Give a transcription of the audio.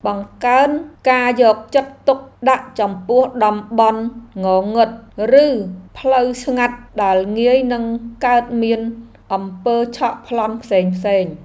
បង្កើនការយកចិត្តទុកដាក់ចំពោះតំបន់ងងឹត ឬផ្លូវស្ងាត់ដែលងាយនឹងកើតមានអំពើឆក់ប្លន់ផ្សេងៗ។